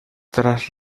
tras